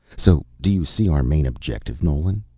so do you see our main objective, nolan?